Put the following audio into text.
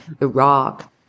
Iraq